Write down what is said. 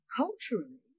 culturally